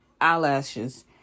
eyelashes